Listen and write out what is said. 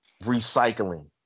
recycling